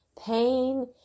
pain